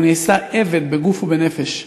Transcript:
הוא נעשה עבד בגוף ובנפש.